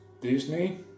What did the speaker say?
Disney